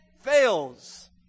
fails